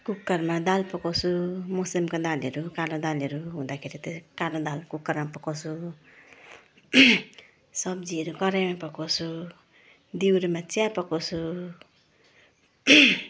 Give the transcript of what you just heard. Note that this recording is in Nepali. कुकरमा दाल पकाउँछु मस्याङको दालहरू कालो दालहरू हुँदाखेरि त कालो दाल कुकरमा पकाउँछु सब्जीहरू कराहीमा पकाउँछु दिउरेमा चिया पकाउँछु